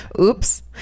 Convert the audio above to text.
oops